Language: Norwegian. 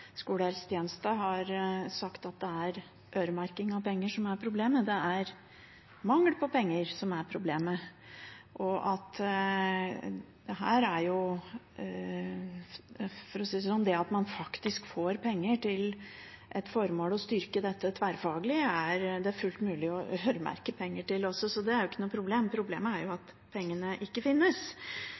har sagt at det er øremerking av penger som er problemet, det er mangel på penger som er problemet. Når man faktisk får penger til et formål og styrker dette tverrfaglig, er det fullt mulig å øremerke pengene også, så det er ikke noe problem. Problemet er at pengene ikke finnes.